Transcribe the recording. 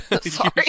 Sorry